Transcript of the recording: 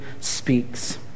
speaks